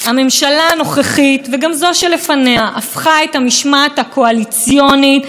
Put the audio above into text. הקואליציונית לכלי שרת חסר תקדים שלא היה מעולם בכנסת ישראל.